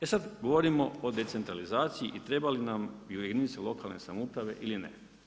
E sada govorimo o decentralizaciji i trebaju li nam jedinice lokalne samouprave ili ne.